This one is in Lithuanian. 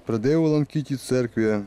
pradėjau lankytis cerkvėje